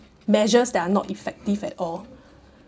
measures that are not effective at all